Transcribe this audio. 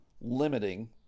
limiting